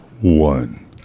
One